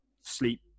sleep